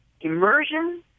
immersion